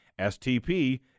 STP